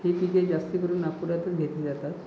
ही पिके जास्तीकरून नागपुरातच घेतली जातात